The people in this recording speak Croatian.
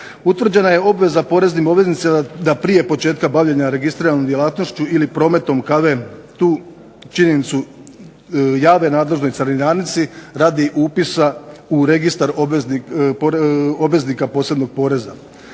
utvrđena je obveza poreznim obveznicima da prije početka bavljenja registriranom djelatnošću ili prometom kavu tu činjenicu jave nadležnoj carinarnici radi upisa u registar obveznika posebnog poreza.